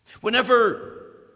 whenever